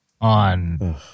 on